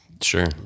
Sure